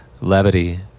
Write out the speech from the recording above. levity